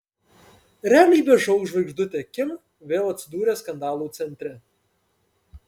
realybės šou žvaigždutė kim vėl atsidūrė skandalų centre